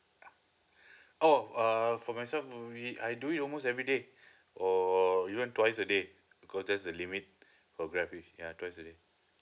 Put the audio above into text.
oh uh for myself we I do it almost everyday or even twice a day because there's a limit for grab hitch ya twice a day